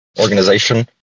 organization